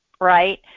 right